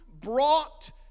brought